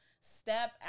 step